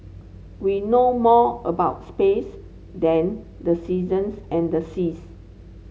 we know more about space than the seasons and the seas